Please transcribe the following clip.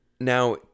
now